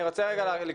רגע.